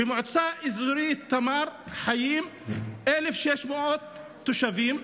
במועצה אזורית תמר חיים 1,600 תושבים,